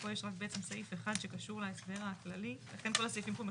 פה יש רק סעיף אחד שקשור להסדר הכללי לכן כל הסעיפים פה מחוקים.